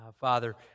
Father